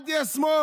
אל תהיה שמאל,